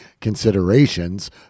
considerations